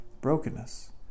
brokenness